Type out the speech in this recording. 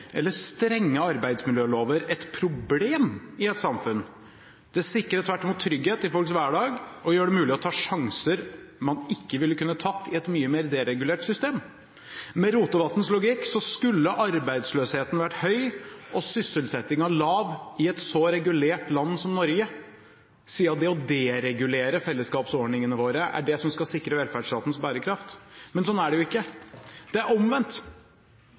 eller strenge arbeidsmiljølover et problem i et samfunn. Det sikrer tvert imot trygghet i folks hverdag og gjør det mulig å ta sjanser man ikke ville kunnet ta i et mye mer deregulert system. Med Rotevatns logikk skulle arbeidsløsheten vært høy og sysselsettingen lav i et så regulert land som Norge, siden det å deregulere fellesskapsordningene våre er det som skal sikre velferdsstatens bærekraft. Men sånn er det jo ikke. Det er omvendt.